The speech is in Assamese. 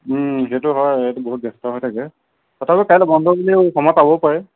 সেইটো হয় সিটো বহুত ব্যস্ত হৈ থাকে তথাপিও কাইলৈ বন্ধ যদিও সময় পাবও পাৰে